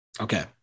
Okay